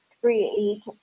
create